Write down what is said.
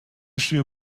issue